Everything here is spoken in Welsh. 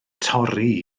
torri